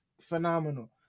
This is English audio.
phenomenal